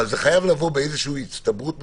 אבל זה חייב לבוא באיזושהי הצטברות מסוימת,